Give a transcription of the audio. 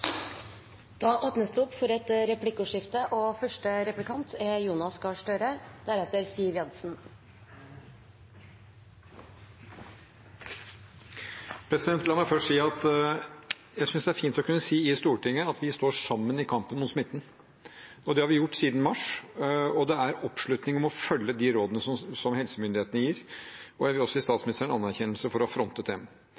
Det blir replikkordskifte. La meg først si at jeg synes det er fint å kunne si i Stortinget at vi står sammen i kampen mot smitten, og det har vi gjort siden mars. Det er oppslutning om å følge de rådene som helsemyndighetene gir, og jeg vil også